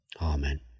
Amen